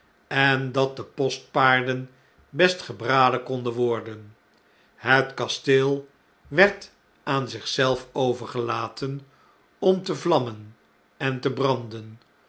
en dat de postpaarden best gebraden konden worden het kasteel werd aan zich zelf overgelaten om te vlammen en te branden